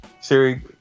Siri